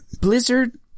Blizzard